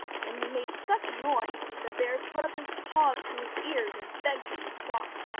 and he made such a noise that the bear put up his paws to his ears, and begged him to stop.